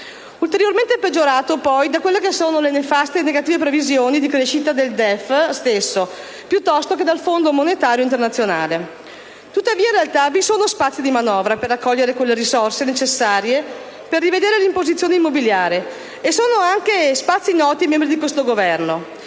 ulteriormente peggiorato dalle nefaste negative previsioni di crescita del DEF stesso piuttosto che dal Fondo monetario internazionale. In realtà, vi sono spazi di manovra per raccogliere quelle risorse necessarie per rivedere l'imposizione immobiliare, e sono anche noti ai membri di questo Governo.